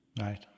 Right